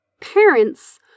parents